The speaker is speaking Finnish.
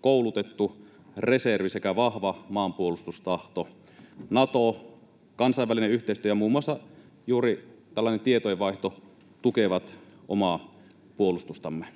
koulutettu reservi sekä vahva maanpuolustustahto. Nato, kansainvälinen yhteistyö ja muun muassa juuri tällainen tietojenvaihto tukevat omaa puolustustamme.